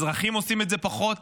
אזרחים עושים את זה פחות.